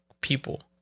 people